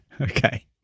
Okay